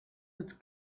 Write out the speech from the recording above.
was